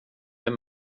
det